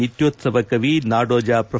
ನಿತ್ನೋತ್ಸವ ಕವಿ ನಾಡೋಜ ಮ್ರೊ